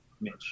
Mitch